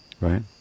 Right